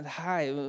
hi